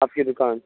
آپ کی دکان